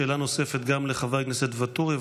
שאלה נוספת, לחבר הכנסת ואטורי.